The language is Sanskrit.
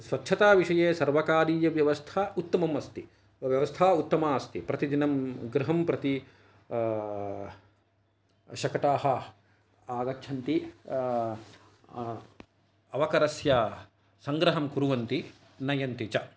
स्वच्छता विषये सर्वकारीयव्यवस्था उत्तमम् अस्ति व्यवस्था उत्तमा अस्ति प्रतिदिनं गृहं प्रति शकटाः आगच्छन्ति अवकरस्य सङ्ग्रहं कुर्वन्ति नयन्ति च